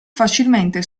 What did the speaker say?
facilmente